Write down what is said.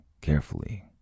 carefully